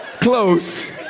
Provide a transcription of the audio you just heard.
Close